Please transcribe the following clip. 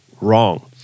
wrong